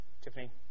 Tiffany